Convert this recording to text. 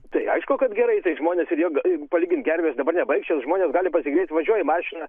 tai aišku kad gerai tai žmonės ir jog palygint gerves dabar nebaikščios žmonių gali pasigėrėt važiuoji mašina